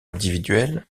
individuel